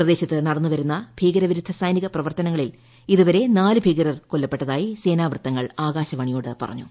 പ്രദേശത്ത് നടന്നുവരുന്ന ഭീകരവിരുദ്ധ സൈനിക പ്രവർത്തനങ്ങലിൽ ഇതുവരെ നാല് ഭീകരർ കൊല്ലപ്പെട്ടതായി സേനാവൃത്തങ്ങൾ ആകാശവാണിയോട് പറഞ്ഞു